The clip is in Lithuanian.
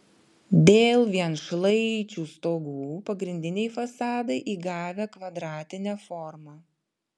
dėl vienšlaičių stogų pagrindiniai fasadai įgavę kvadratinę formą